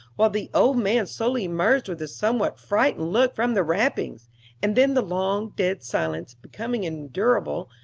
while the old man slowly emerged with a somewhat frightened look from the wrappings and then the long dead silence becoming unendurable,